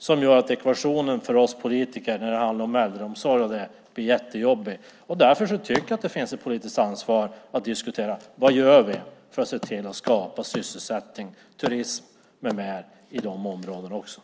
Det gör att ekvationen för oss politiker när det handlar om äldreomsorg blir jättejobbig. Därför tycker jag att det finns ett politiskt ansvar att diskutera vad vi gör för att se till att skapa sysselsättning, turism med mera också i de här områdena.